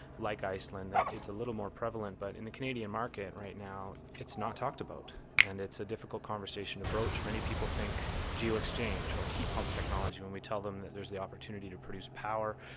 like iceland, that it's a little more prevalent. but in the canadian market right now it's not talked about and it's a difficult conversation to broach. many people think geo-exchange or heat-pump technology when we tell them that there's the opportunity to produce power.